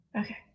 Okay